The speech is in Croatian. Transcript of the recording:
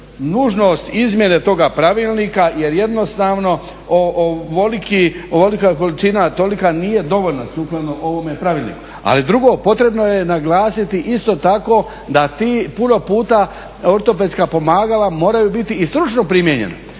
Nužnost izmjene toga pravilnika jer jednostavno ovolika količina tolika nije dovoljna sukladno ovome pravilniku. Ali drugo potrebno je naglasiti isto tako da ti puno puta ortopedska pomagala moraju biti i stručno primijenjena.